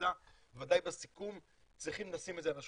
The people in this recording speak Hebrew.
כוועדה ודאי בסיכום צריכים לשים את זה על השולחן.